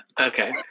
okay